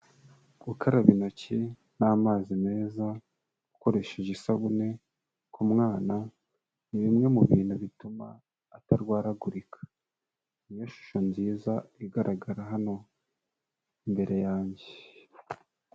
Gukaraba intoki n'amazi meza, ukoresheje isabune ku mwana, ni bimwe mu bintu bituma atarwaragurika. Ni yo shusho nziza igaragara hano, imbere yanjye.